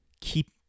Keep